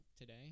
today